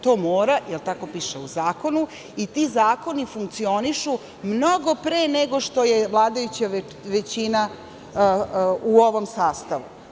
To mora, jer tako piše u zakonu i ti zakoni funkcionišu mnogo pre nego što je vladajuća većina u ovom sastavu.